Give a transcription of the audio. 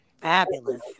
Fabulous